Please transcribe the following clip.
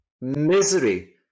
misery